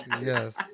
Yes